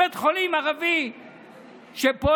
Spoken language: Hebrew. בית החולים הערבי שפועל,